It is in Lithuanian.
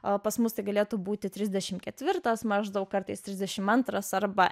o pas mus galėtų būti trisdešimt ketvirtas maždaug kartais trisdešimt antras arba